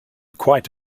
quite